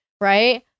right